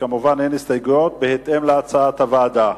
כמובן אין הסתייגויות, בהתאם להצעת הוועדה.